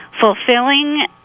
fulfilling